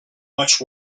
much